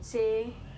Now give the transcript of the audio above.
legit